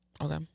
Okay